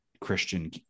Christian